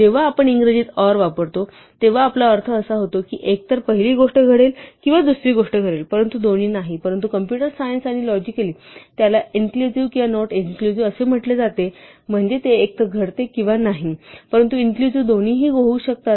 जेव्हा आपण इंग्रजीत ऑर वापरतो तेव्हा आपला असा अर्थ होतो की एकतर पहिली गोष्ट घडेल किंवा दुसरी गोष्ट घडेल परंतु दोन्ही नाही परंतु कॉम्पुटर सायन्स किंवा लॉजिकली त्याला इन्क्लुजिव्ह किंवा नॉट एक्सक्लुजिव्ह असे म्हटले जाते म्हणजे ते एक तर घडते किंवा नाही परंतु इन्क्लुजिव्ह दोन्हीही होऊ शकतात